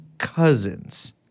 cousins